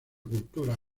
cultura